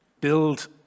build